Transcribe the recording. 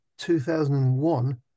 2001